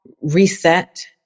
reset